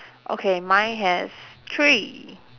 okay mine has three